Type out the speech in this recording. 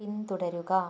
പിന്തുടരുക